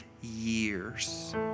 years